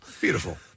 Beautiful